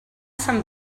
sant